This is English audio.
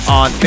on